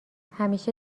همیشه